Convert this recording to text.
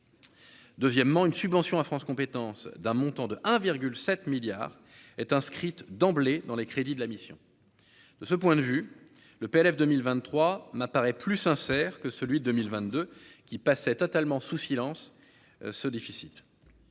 Deuxièmement, une subvention à France compétences d'un montant de 1,7 milliard est inscrite d'emblée dans les crédits de la mission de ce point de vue le PLF 2023 m'apparaît plus sincère que celui de 1022 qui passait totalement sous silence ce déficit,